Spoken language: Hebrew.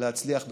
להצליח בתפקידך.